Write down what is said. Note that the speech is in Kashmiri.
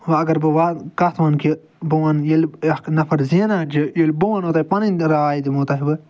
وۄنۍ اگر بہٕ وۄنۍ کَتھ وَنہٕ کہِ بہٕ وَنہٕ ییٚلہِ بیٛاکھ نفر زینان چھِ ییٚلہِ بہٕ وَنو تۄہہِ پنٕنۍ راے دِمو تۄہہِ بہٕ